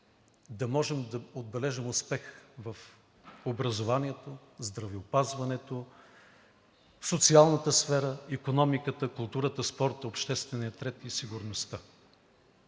да можем да отбележим успех в образованието, здравеопазването, социалната сфера, икономиката, културата, спорта, обществения ред и сигурността.